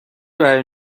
برای